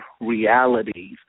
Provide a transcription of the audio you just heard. realities